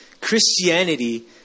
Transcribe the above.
Christianity